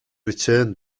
returned